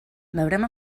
veurem